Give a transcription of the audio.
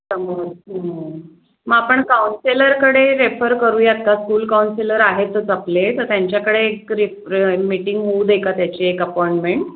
मग आपण काउन्सेलरकडे रेफर करूयात का स्कूल काउन्सिलर आहेतच आपले तर त्यांच्याकडे एक रिफ मीटिंग होऊ दे का त्याची एक अपॉइंटमेंट